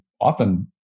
often